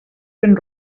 ben